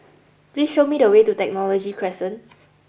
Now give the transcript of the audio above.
please show me the way to Technology Crescent